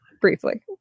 briefly